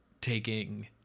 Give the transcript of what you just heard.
taking